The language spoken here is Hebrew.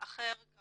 אחר גם